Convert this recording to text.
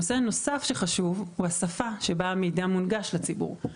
נושא נוסף שחשוב הוא השפה בה המידע מונגש לציבור.